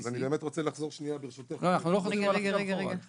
אז אני רוצה לחזור ברשותך --- אנחנו לא חוזרים עכשיו אחורה.